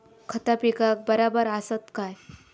खता पिकाक बराबर आसत काय?